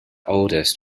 oldest